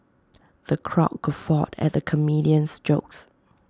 the crowd guffawed at the comedian's jokes